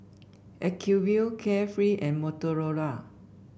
Acuvue Carefree and Motorola